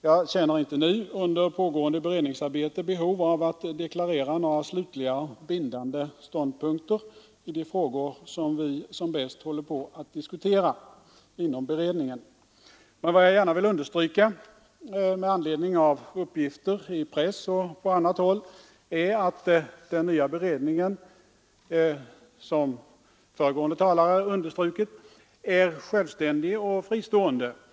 Jag känner inte nu, under pågående beredningsarbete, behov av att deklarera några slutliga och bindande ståndpunkter i de frågor som vi som bäst håller på att diskutera inom beredningen. Men jag vill gärna understryka, med anledning av uppgifter i press och på annat håll, att den nya beredningen — såsom föregående talare betonat — är självständig och fristående.